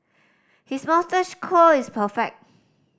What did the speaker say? his moustache curl is perfect